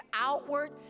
outward